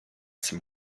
some